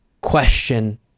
question